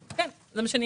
נתון.